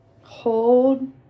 hold